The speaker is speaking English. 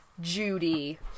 Judy